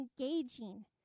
engaging